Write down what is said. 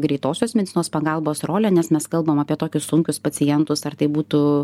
greitosios medicinos pagalbos rolė nes mes kalbam apie tokius sunkius pacientus ar tai būtų